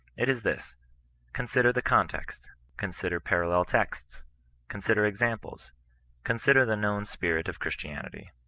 it is this consider the context consider parallel texts consider examples consider the known spirit of christianity.